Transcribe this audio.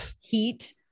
heat